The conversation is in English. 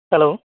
hello